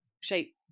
shape